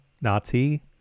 nazi